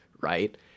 right